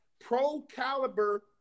pro-caliber